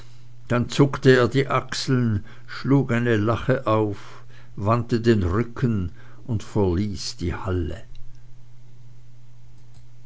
dann zuckte er die achseln schlug eine lache auf wandte den rücken und verließ die halle